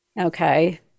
okay